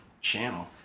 channel